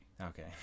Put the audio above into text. Okay